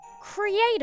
creative